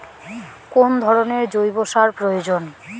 কোন ধরণের জৈব সার প্রয়োজন?